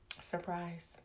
Surprise